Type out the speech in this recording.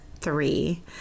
three